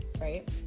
right